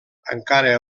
encara